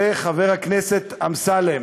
חבר הכנסת אמסלם,